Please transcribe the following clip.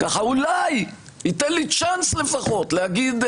אולי ייתן לי צ'אנס לפחות להגיד,